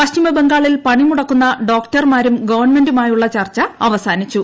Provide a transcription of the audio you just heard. പശ്ചിമബംഗാളിൽ പണിമുട്ക്കുന്ന ഡോക്ടർമാരും ഗവൺമെൻ്റുമായുള്ളൂ ചൂർച്ച അവസാനിച്ചു